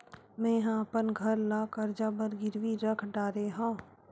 मेहा अपन घर ला कर्जा बर गिरवी रख डरे हव